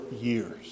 years